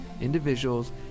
individuals